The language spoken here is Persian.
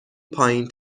پایین